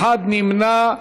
אחד נמנע.